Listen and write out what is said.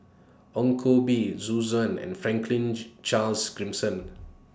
Ong Koh Bee Zhu and Franklin Charles